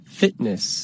fitness